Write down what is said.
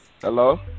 Hello